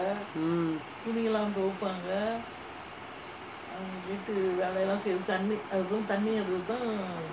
mm